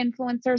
influencers